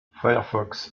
firefox